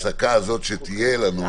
ההפסקה הזאת שתהיה לנו,